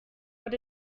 what